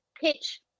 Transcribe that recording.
pitch